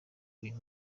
uyu